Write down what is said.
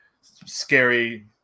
scary